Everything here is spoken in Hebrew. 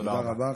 תודה רבה.